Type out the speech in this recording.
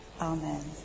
Amen